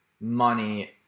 money